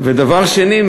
ודבר שני,